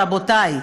רבותי.